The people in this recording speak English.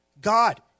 God